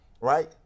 Right